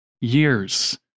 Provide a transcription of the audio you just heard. years